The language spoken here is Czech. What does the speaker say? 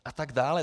A tak dále.